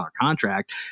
contract